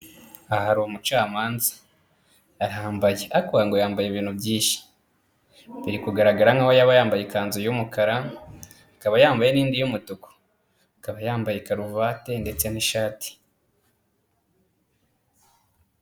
Aha hari umucamanza arahambaye, ariko wagira ngo yambaye ibintu byinshi, biri kugaragara nkaho yaba yambaye ikanzu y'umukara, akaba yambaye n'indi y'umutuku, akaba yambaye karuvati ndetse n'ishati.